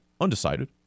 undecided